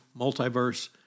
multiverse